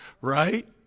Right